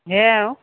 সেয়াই আৰু